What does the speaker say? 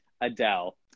Adele